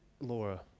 Laura